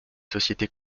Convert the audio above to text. sociétés